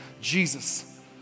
Jesus